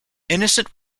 innocent